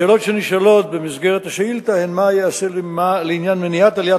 השאלות שנשאלות במסגרת השאילתא הן מה ייעשה למניעת עליית